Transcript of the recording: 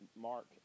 Mark